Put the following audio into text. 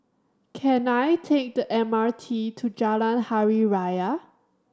can I take the M R T to Jalan Hari Raya